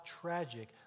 tragic